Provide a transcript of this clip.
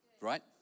right